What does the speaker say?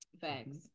thanks